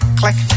click